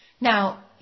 Now